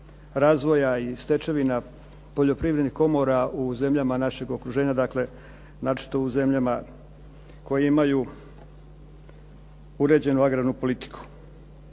i stečevina poljoprivrednih komora u zemljama našeg okruženja. Dakle, znači u zemljama koje imaju uređenu agrarnu politiku.